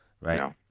Right